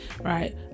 right